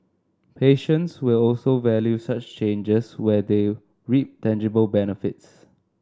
patients will also value such changes where they reap tangible benefits